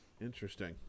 Interesting